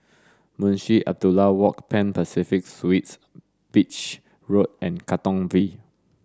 Munshi Abdullah Walk Pan Pacific Suites Beach Road and Katong V